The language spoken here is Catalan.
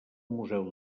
museu